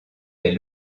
les